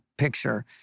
Picture